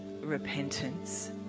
repentance